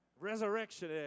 Resurrection